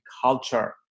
culture